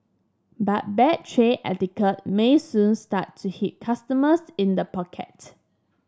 but bad tray etiquette may soon start to hit customers in the pocket